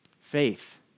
Faith